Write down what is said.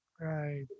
Right